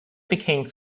became